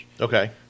Okay